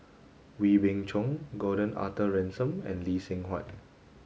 Wee Beng Chong Gordon Arthur Ransome and Lee Seng Huat